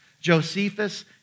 Josephus